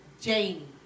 Jane